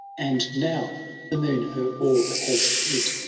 and now the moon her orb has hid.